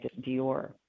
Dior